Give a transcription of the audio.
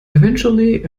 eventually